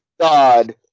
god